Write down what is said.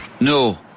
No